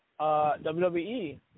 WWE